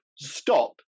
Stop